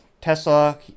Tesla